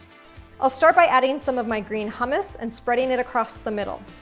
i'll start by adding some of my green hummus and spreading it across the middle.